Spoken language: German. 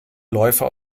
läufer